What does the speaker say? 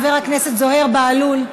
חבר הכנסת זוהיר בהלול,